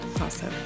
awesome